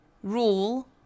Rule